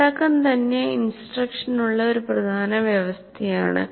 ഉള്ളടക്കം തന്നെ ഇൻസ്ട്രക്ഷനുള്ള ഒരു പ്രധാന വ്യവസ്ഥയാണ്